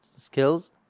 skills